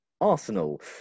Arsenal